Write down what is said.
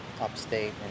upstate